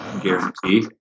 guarantee